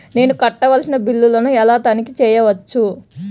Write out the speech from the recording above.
నేను కట్టవలసిన బిల్లులను ఎలా తనిఖీ చెయ్యవచ్చు?